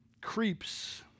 Creeps